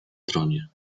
tronie